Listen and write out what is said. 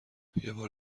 بار